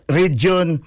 region